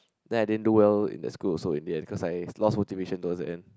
then I didn't do well in the school also in the end cause I lost motivation towards the end